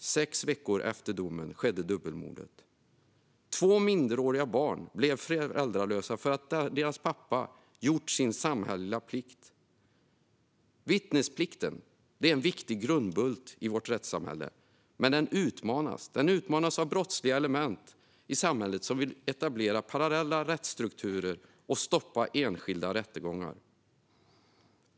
Sex veckor efter domen skedde dubbelmordet. Två minderåriga barn blev föräldralösa för att deras pappa gjort sin samhälleliga plikt. Vittnesplikten är en viktig grundbult i vårt rättssystem, men den utmanas av brottsliga element i samhället som vill etablera parallella rättsstrukturer och stoppa enskilda rättegångar.